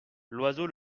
l’oiseau